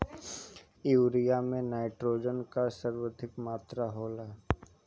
urea में nitrogen कअ सर्वाधिक मात्रा होला